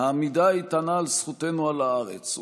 העמידה האיתנה על זכותנו על הארץ,